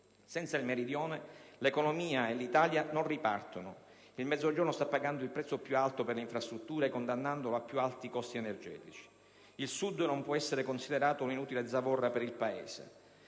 Senza il Meridione, l'economia e l'Italia non ripartono. Il Mezzogiorno sta pagando il prezzo più alto per le infrastrutture, essendo condannato a più alti costi energetici. Il Sud non può essere considerato un'inutile zavorra per il Paese: